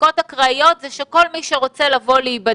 בדיקות אקראיות זה כל מי שרוצה להיבדק